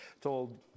told